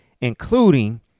including